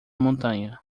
montanha